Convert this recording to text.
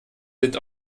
sind